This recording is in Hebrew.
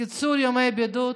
קיצור ימי הבידוד,